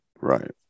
Right